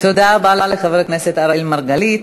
תודה רבה לחבר הכנסת אראל מרגלית.